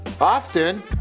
Often